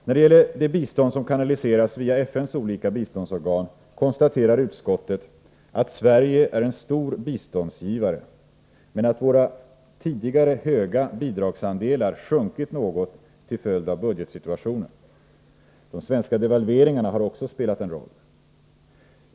När det gäller det bistånd som kanaliseras via FN:s olika biståndsorgan konstaterar utskottet, att Sverige är en stor biståndsgivare, men att våra tidigare höga bidragsandelar sjunkit något till följd av budgetsituationen. De svenska devalveringarna har också spelat en roll.